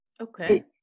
Okay